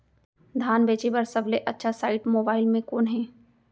धान बेचे बर सबले अच्छा साइट मोबाइल म कोन हे?